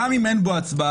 גם אם אין בו הצבעה,